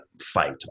fight